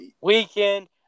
weekend